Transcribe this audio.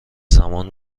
زمان